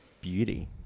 beauty